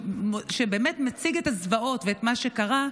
שמציג את הזוועות ואת מה שקרה,